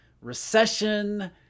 recession